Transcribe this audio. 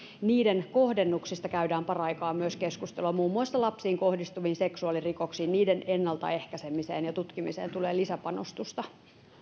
niiden kohdennuksesta käydään paraikaa myös keskustelua muun muassa lapsiin kohdistuviin seksuaalirikoksiin niiden ennalta ehkäisemiseen ja tutkimiseen tulee lisäpanostusta